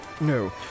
no